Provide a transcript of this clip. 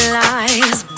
lies